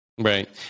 Right